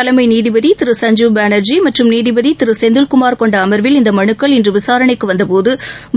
தலைமை நீதிபதி திரு சஞ்சீவ் பானர்ஜி மற்றும் நீதிபதி திரு செந்தில்குமார் கொண்ட அமர்வில் இந்த மனுக்கள் இன்று விசாரணைக்கு வந்தபோது